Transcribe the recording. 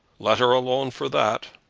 let her alone for that.